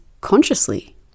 consciously